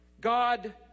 God